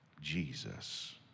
Jesus